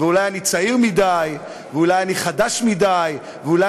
שאני אולי צעיר מדי ואולי אני חדש מדי ואולי